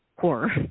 horror